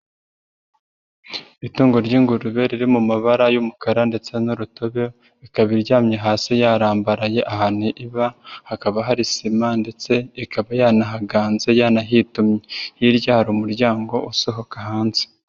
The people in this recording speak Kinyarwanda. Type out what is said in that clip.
Itungo ry'ingurube riri mu mabara y'umukara ndetse n'urutobe ikaba iryamye hasi yarambaraye ahantu iba hakaba hari sima ndetse ikaba yanahaganze yanahitumye, hirya hari umuryango usohoka hanze.